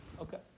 Okay